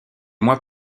mois